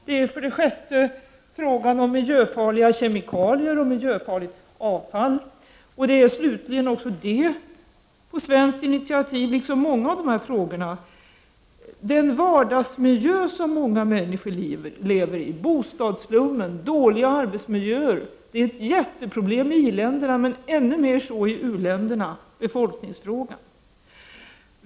Det är för det sjätte frågan om miljöfarliga kemikalier och miljöfarligt avfall. Det är slutligen för det sjunde, också det liksom många av dessa frågor på svenskt initiativ, frågan om den vardagsmiljö som många människor lever i — bostadsslummen, dåliga arbetsmiljöer och befolkningsfrågan, vilken är ett jätteproblem i i-länderna men ett ändå större problem i u-länderna.